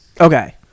Okay